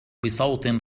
بصوت